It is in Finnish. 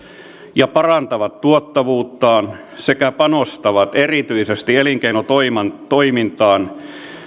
ja parantavat tuottavuuttaan sekä panostavat erityisesti elinkeinotoimintaan